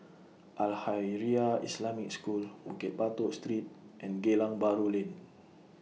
Al Khairiah Islamic School Bukit Batok Street and Geylang Bahru Lane